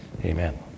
amen